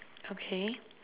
okay